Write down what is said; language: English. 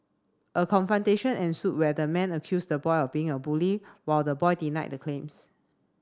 a confrontation ensued where the man accused the boy of being a bully while the boy denied the claims